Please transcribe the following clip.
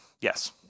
Yes